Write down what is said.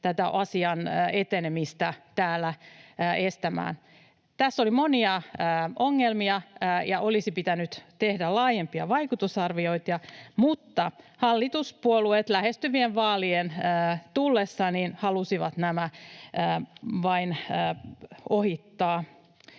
tätä asian etenemistä täällä estämään. Tässä oli monia ongelmia, ja olisi pitänyt tehdä laajempia vaikutusarviointeja, mutta hallituspuolueet vaalien lähestyessä halusivat nämä vain ohittaa.